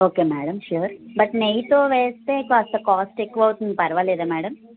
okay madam sure but నెయ్యితో వేస్తే కాస్త కాస్ట్ ఎక్కువ అవుతుంది పర్వాలేదా మ్యాడమ్